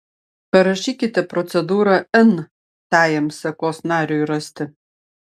parašykite procedūrą n tajam sekos nariui rasti